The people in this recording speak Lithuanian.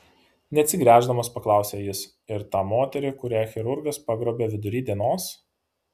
neatsigręždamas paklausė jis ir tą moterį kurią chirurgas pagrobė vidury dienos